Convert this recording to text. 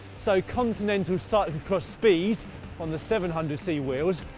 so continental cyclo-cross speed on the seven hundred c wheels,